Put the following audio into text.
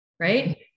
right